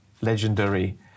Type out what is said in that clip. legendary